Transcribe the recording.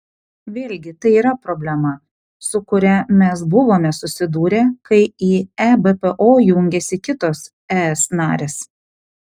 vėlgi tai yra problema su kuria mes buvome susidūrę kai į ebpo jungėsi kitos es narės